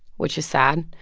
which is sad.